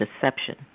deception